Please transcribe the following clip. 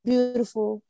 Beautiful